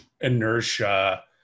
inertia